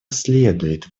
следует